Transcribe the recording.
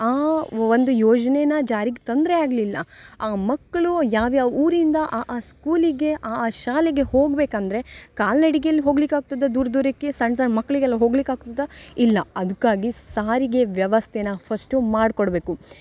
ಆ ಒಂದು ಯೋಜನೇನ ಜಾರಿಗೆ ತಂದರೆ ಆಗಲಿಲ್ಲ ಆ ಮಕ್ಕಳು ಯಾವ್ಯಾವ ಊರಿಂದ ಆ ಆ ಸ್ಕೂಲಿಗೆ ಆ ಆ ಶಾಲೆಗೆ ಹೋಗ್ಬೇಕು ಅಂದರೆ ಕಾಲ್ನಡಿಗೆಯಲ್ಲಿ ಹೋಗ್ಲಿಕಾಗ್ತದೆ ದೂರ ದೂರಕ್ಕೆ ಸಣ್ಣ ಸಣ್ಣ ಮಕ್ಕಳಿಗೆಲ್ಲ ಹೋಗ್ಲಿಕ್ಕೆ ಆಗ್ತದೆ ಇಲ್ಲ ಅದಕ್ಕಾಗಿ ಸಾರಿಗೆ ವ್ಯವಸ್ಥೆನ ಫಸ್ಟು ಮಾಡಿಕೊಡ್ಬೇಕು